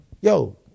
yo